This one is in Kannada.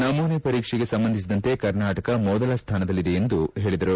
ನಮೂನೆ ಪರೀಕ್ಷೆಗೆ ಸಂಬಂಧಿಸಿದಂತೆ ಕರ್ನಾಟಕ ಮೊದಲ ಸ್ಥಾನದಲ್ಲಿದೆ ಎಂದು ಹೇಳಿದರು